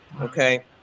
Okay